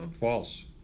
False